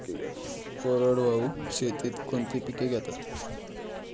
कोरडवाहू शेतीत कोणती पिके घेतात?